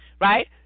right